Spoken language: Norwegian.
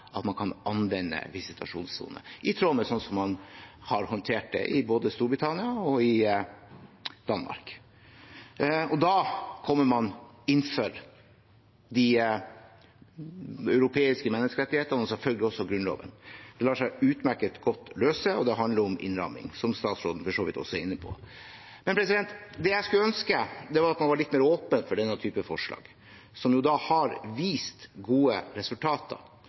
man kan anvende visitasjonssoner, i tråd med slik man har håndtert det både i Storbritannia og i Danmark – kommer man innenfor de europeiske menneskerettighetene, og selvfølgelig også Grunnloven. Det lar seg utmerket løse, og det handler om innramming – som statsråden for så vidt også er inne på. Det jeg skulle ønske, var at man var litt mer åpen for denne type forslag, som har vist gode resultater.